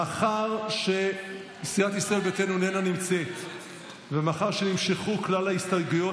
מאחר שסיעת ישראל ביתנו איננה נמצאת ומאחר שנמשכו כלל ההסתייגויות,